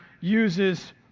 uses